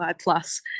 plus